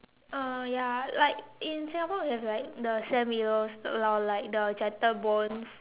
oh ya like in Singapore we have like The Sam Willows or like like the Gentle Bones